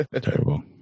Terrible